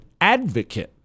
advocate